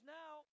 now